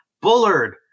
Bullard